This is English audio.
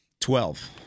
Twelve